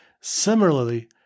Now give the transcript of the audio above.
Similarly